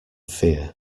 fear